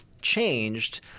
changed